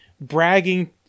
bragging